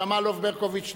שמאלוב-ברקוביץ אחריו.